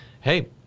hey